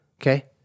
Okay